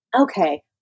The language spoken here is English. Okay